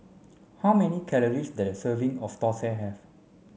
how many calories does a serving of Thosai have